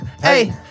hey